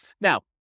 Now